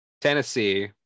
Tennessee